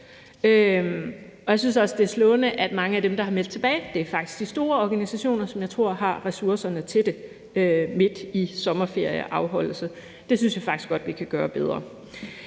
på. Jeg synes også, det er slående, at mange af dem, der har meldt tilbage, faktisk er de store organisationer, som jeg tror har ressourcerne til det midt i sommerferieafholdelse. Det synes jeg faktisk godt vi kan gøre bedre.